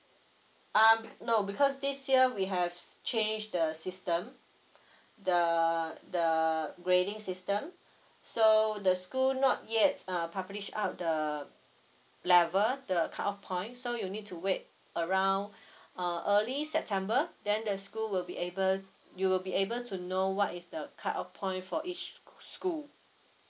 uhm no because this year we have changed the system the the grading system so the school not yet uh publish up the level the cut off point so you need to wait around uh early september then the school will be able you will be able to know what is the cut off point for each school